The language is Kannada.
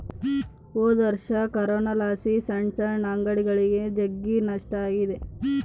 ಹೊದೊರ್ಷ ಕೊರೋನಲಾಸಿ ಸಣ್ ಸಣ್ ಅಂಗಡಿಗುಳಿಗೆ ಜಗ್ಗಿ ನಷ್ಟ ಆಗೆತೆ